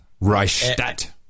Reichstadt